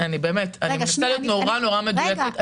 אני מנסה להיות נורא מדויקת.